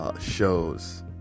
Shows